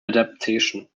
adaptation